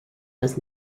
was